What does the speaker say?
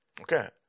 okay